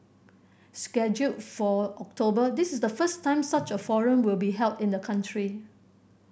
scheduled for October this is the first time such a forum will be held in the country